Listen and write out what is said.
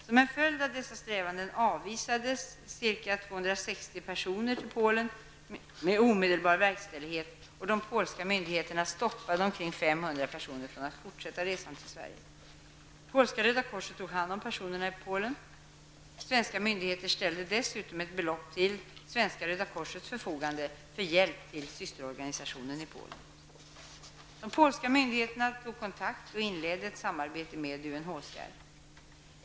Som en följd av dessa strävanden avvisades ca 260 personer till Polen med omedelbar verkställighet, och de polska myndigheterna stoppade omkring 500 Röda korset tog hand om personerna i Polen. Svenska myndigheter ställde dessutom ett belopp till svenska Röda korsets förfogande för hjälp till systerorganisationen i Polen. De polska myndigheterna tog kontakt och inledde ett samarbete med UNHCR.